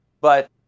but-